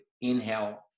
inhale